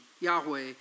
Yahweh